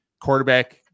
quarterback